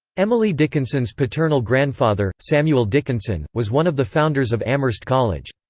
emily dickinson's paternal grandfather, samuel dickinson, was one of the founders of amherst college.